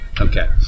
Okay